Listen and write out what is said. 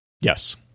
Yes